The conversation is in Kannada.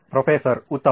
ಪ್ರೊಫೆಸರ್ ಉತ್ತಮ